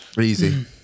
Easy